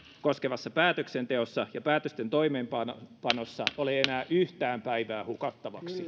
koskevassa päätöksenteossa ja päätösten toimeenpanossa ole enää yhtään päivää hukattavaksi